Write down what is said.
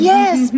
Yes